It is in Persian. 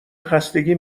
خستگی